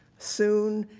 soon,